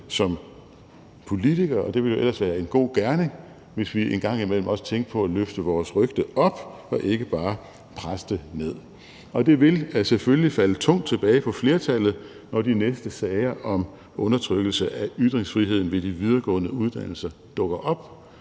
som politikere, og det ville ellers være en god gerning, hvis vi en gang imellem også tænkte på at løfte vores rygte op og ikke bare presse det ned. Og det vil selvfølgelig falde tungt tilbage på flertallet, når de næste sager om undertrykkelse af ytringsfriheden ved de videregående uddannelser dukker op,